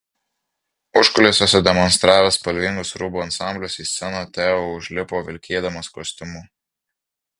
užkulisiuose demonstravęs spalvingus rūbų ansamblius į sceną teo užlipo vilkėdamas kostiumu